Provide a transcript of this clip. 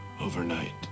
overnight